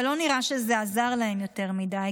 אבל לא נראה שזה עזר להם יותר מדי,